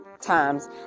times